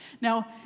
Now